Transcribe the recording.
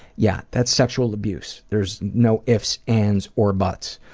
yeah, that's sexual abuse. there's no ifs, ands, or buts.